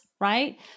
right